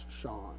Sean